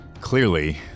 Clearly